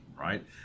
right